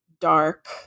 dark